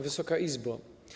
Wysoka Izbo!